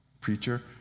preacher